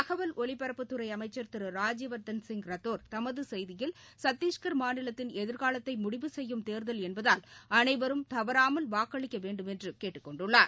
தகவல் ஒலிபரப்புத்துறைஅமைச்சா் திரு ராஜ்யவா்தன் சிங் ரத்தோா் தமதுசெய்தியில் சத்திஷ்கர் மாநிலத்தின் எதிர்காலத்தைமுடிவு செய்யும் தேர்தல் என்பதால் அனைவரும் தவறாமல் வாக்களிக்கவேண்டுமென்றுகேட்டுக் கொண்டுள்ளார்